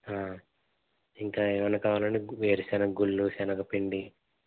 ఇంకా ఏమన్నా కావాలండి గు వేరుశనగ గుళ్ళు శెనగపిండి